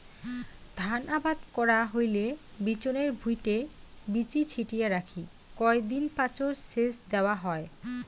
ধান আবাদ করা হইলে বিচনের ভুঁইটে বীচি ছিটিয়া রাখি কয় দিন পাচত সেচ দ্যাওয়া হয়